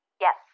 Yes